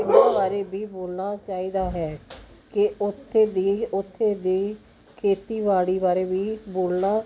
ਪਿੰਡਾਂ ਬਾਰੇ ਵੀ ਬੋਲਣਾ ਚਾਹੀਦਾ ਹੈ ਕਿ ਉੱਥੇ ਦੀ ਉੱਥੇ ਦੀ ਖੇਤੀਬਾੜੀ ਬਾਰੇ ਵੀ ਬੋਲਣਾ